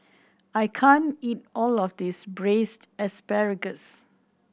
I can't eat all of this Braised Asparagus